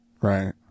right